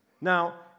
Now